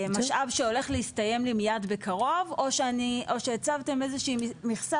משאב שהולך להסתיים לי מיד בקרוב או שהצבתם איזה שהיא מכסה